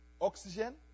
Oxygen